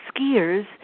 skiers